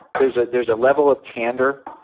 there's ah there's a level of candor,